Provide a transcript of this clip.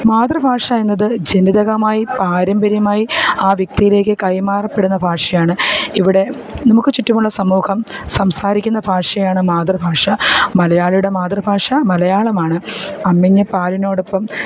മാതൃഭാഷ എന്നത് ജനിതകമായി പാരമ്പര്യമായി ആ വ്യക്തിയിലേക്ക് കൈമാറപ്പെടുന്ന ഭാഷയാണ് ഇവിടെ നമുക്ക് ചുറ്റുമുള്ള സമൂഹം സംസാരിക്കുന്ന ഭാഷയാണ് മാതൃഭാഷ മലയാളിയുടെ മാതൃഭാഷ മലയാളമാണ് അമ്മിഞ്ഞപ്പാലിനോടൊപ്പം